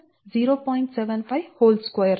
d2 427